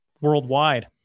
worldwide